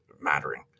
mattering